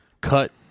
Cut